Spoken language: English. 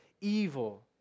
evil